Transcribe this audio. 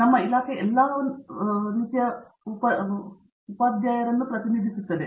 ನಮ್ಮ ಇಲಾಖೆ ಎಲ್ಲಾ ಪ್ರತಿನಿಧಿಸುತ್ತದೆ